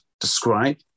describe